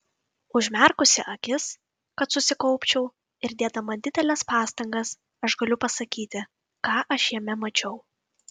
užmerkusi akis kad susikaupčiau ir dėdama dideles pastangas aš galiu pasakyti ką aš jame mačiau